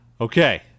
Okay